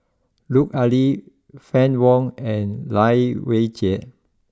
Lut Ali Fann Wong and Lai Weijie